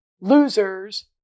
losers